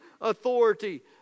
authority